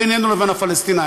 בינינו לבין הפלסטינים,